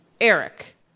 Eric